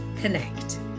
connect